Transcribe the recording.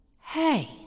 Hey